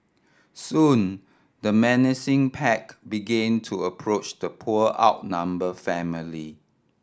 soon the menacing pack began to approach the poor outnumber family